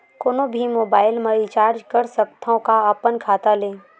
कोनो भी मोबाइल मा रिचार्ज कर सकथव का अपन खाता ले?